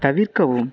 தவிர்க்கவும்